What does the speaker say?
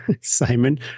simon